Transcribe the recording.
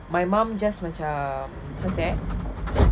my mum just macam how to say